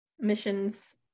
missions